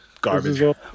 Garbage